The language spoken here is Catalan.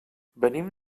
venim